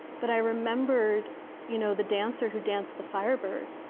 but i remembered you know the dancer who danced the firebird,